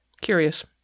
Curious